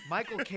Michael